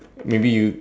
maybe you